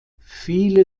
viele